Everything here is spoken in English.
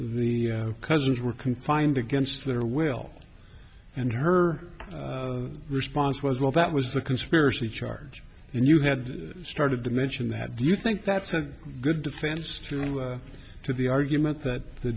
the cousins were confined against their will and her response was well that was the conspiracy charge and you had started to mention that do you think that's a good defense to to the argument that the